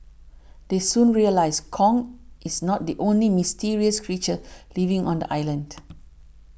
they soon realise Kong is not the only mysterious creature living on the island